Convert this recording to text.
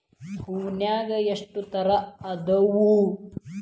ಹೂನ್ಯಾಗ ಎಷ್ಟ ತರಾ ಅದಾವ್?